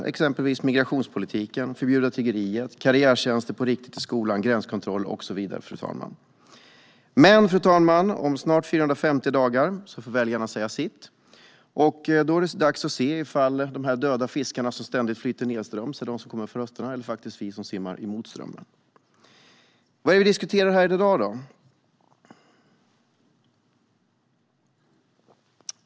Det gäller exempelvis migrationspolitiken, att förbjuda tiggeriet, karriärtjänster på riktigt i skolan, gränskontroll, och så vidare. Fru talman! Om snart 450 dagar får väljarna säga sitt. Då är det dags att se ifall de döda fiskarna som ständigt flyter nedströms är de som kommer att få rösterna eller vi som simmar mot strömmen. Vad är det vi diskuterar i dag?